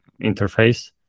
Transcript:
interface